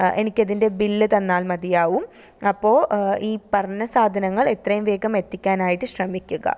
എനിക്കതിന്റെ bill തന്നാല് മതിയാവും അപ്പോൾ ഈ പറഞ്ഞ സാധനങ്ങള് എത്രയും വേഗം എത്തിക്കാനായിട്ട് ശ്രമിക്കുക